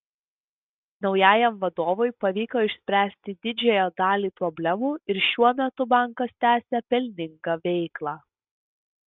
naujajam vadovui pavyko išspręsti didžiąją dalį problemų ir šiuo metu bankas tęsią pelningą veiklą